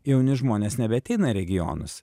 jauni žmonės nebeateina į regionus